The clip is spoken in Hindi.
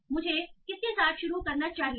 तो मुझे किसके साथ शुरू करना चाहिए